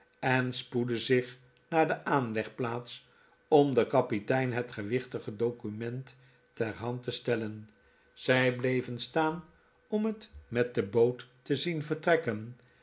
en spoedden zich naar de aanlegplaats om den kapitein het gewichtige document ter hand te stellen zij bleven staan om het met de boot te zien vertrekken